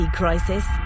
crisis